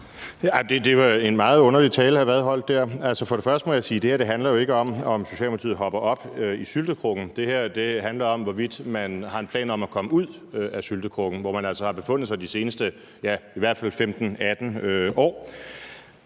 Det var en meget underlig tale, hr. Frederik Vad holdt dér. Først må jeg sige, at det her jo ikke handler om, om Socialdemokratiet hopper op i syltekrukken. Det her handler om, hvorvidt man har en plan om at komme ud af syltekrukken, hvor man altså har befundet sig i de seneste, ja,